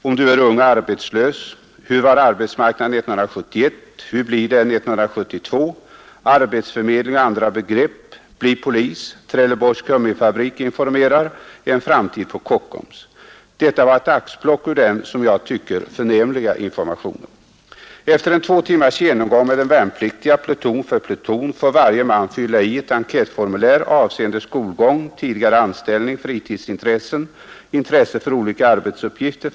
"Om Du är ung och arbetslös”, ”Hur var arbetsmarknaden 1971”, ”Hur blir det 1972”, ”Arbetsförmedling och andra begrepp”, ”Bli polis” ”Trelleborgs Gummitabrik informerar”, framtid pa Kockums”. Detta var ett axplock ur den, som jag tycker, törnämliga informationen. Efter en tva timmars genomgang med de värnpliktiga pluton för pluton lar varje man tylla i ett enkätformulär. avseende skolgang. tidigare anställning, fritidsintressen, intresse för olika urbetsuppgifter.